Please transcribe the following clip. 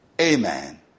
amen